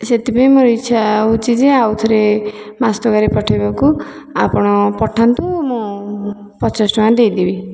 ସେଥିପାଇଁ ମୋର ଇଚ୍ଛା ହେଉଛି ଯେ ଆଉ ଥରେ ମାଛ ତରକାରୀ ପଠାଇବାକୁ ଆପଣ ପଠାନ୍ତୁ ମୁଁ ପଚାଶଟଙ୍କା ଦେଇଦେବି